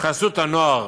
חסות הנוער